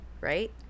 Right